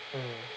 mm